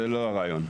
זה לא הרעיון.